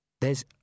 There's